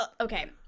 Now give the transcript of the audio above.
Okay